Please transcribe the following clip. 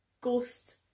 ghost